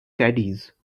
caddies